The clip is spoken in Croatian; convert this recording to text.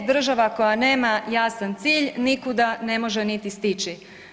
Država koja nema jasan cilj, nikuda ne može niti stići.